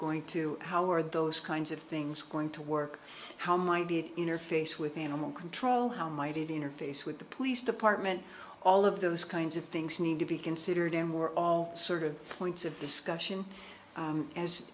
going to how are those kinds of things going to work how might be interface with animal control how might it interface with the police department all of those kinds of things need to be considered and we're all sort of points of discussion